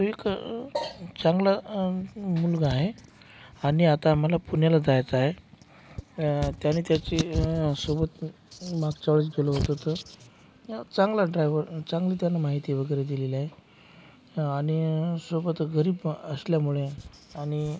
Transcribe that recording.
तो एक चांगला मुलगा आहे आणि आता आम्हाला पुण्याला जायचं आहे त्याने त्याचे सोबत मागच्या वेळीस केलं होतं तो चांगला ड्रायव्हर चांगली त्यानं माहिती वगैरे दिलेली आहे आणि सोबत गरीब असल्यामुळे आणि